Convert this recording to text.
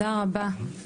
תודה רבה.